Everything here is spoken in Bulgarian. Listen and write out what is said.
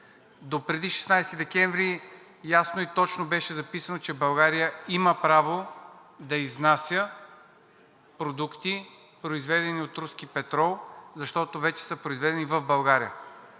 Допреди 16 декември ясно и точно беше записано, че България има право да изнася продукти, произведени от руски петрол, защото вече са произведени в България.